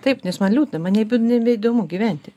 taip nes man liūdna man nebeį nebeįdomu gyventi